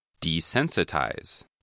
Desensitize